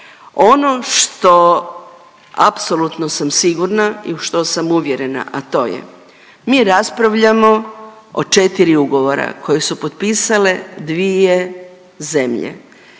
Ono što apsolutno sam sigurno i u što sam uvjerena, a to je, mi raspravljamo o 4 ugovora kojeg su potpisale dvije zemlje.